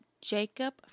Jacob